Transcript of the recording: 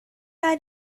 are